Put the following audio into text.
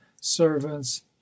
servants